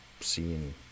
seen